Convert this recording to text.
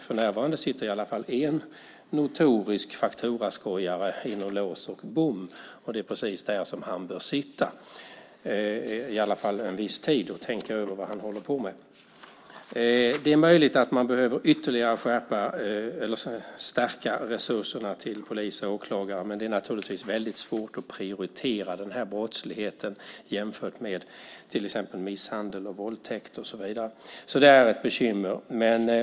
För närvarande sitter i alla fall en notorisk fakturaskojare inom lås och bom. Det är precis där han bör sitta, i alla fall en viss tid, och tänka över vad han håller på med. Det är möjligt att man behöver ytterligare stärka resurserna till polis och åklagare, men det är naturligtvis väldigt svårt att prioritera den här brottsligheten jämfört med till exempel misshandel och våldtäkt. Så det är ett bekymmer.